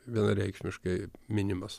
vienareikšmiškai minimas